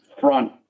front